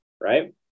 right